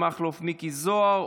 מכלוף מיקי זוהר,